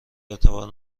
اعتبار